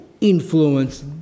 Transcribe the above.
influence